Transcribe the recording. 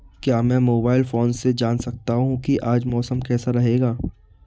क्या मैं mobile phone से जान सकता हूँ कि आज मौसम कैसा रहेगा?